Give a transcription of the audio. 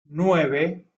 nueve